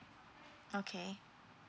okay